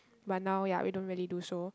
but now ya we don't really do so